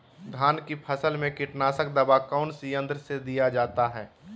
धान की फसल में कीटनाशक दवा कौन सी यंत्र से दिया जाता है?